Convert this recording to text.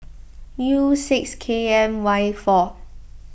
U six K M Y four